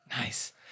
Nice